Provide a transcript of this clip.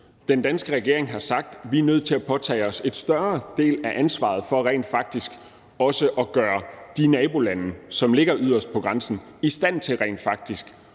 Den danske regering har sagt, at vi er nødt til at påtage os en større del af ansvaret for at gøre de lande, som ligger yderst ved grænsen, i stand til rent faktisk